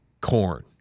Corn